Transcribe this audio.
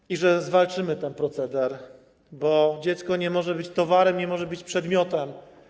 Chodzi o to, że zwalczymy ten proceder, bo dziecko nie może być towarem, nie może być przedmiotem.